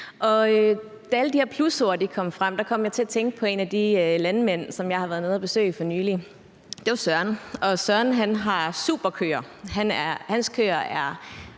Da alle de her plusord kom frem, kom jeg til at tænke på en af de landmænd, som jeg har været nede at besøge for nylig, og det er Søren. Søren har superkøer. Hans køer er